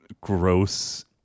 gross